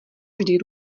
vždy